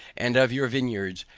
and of your vineyards,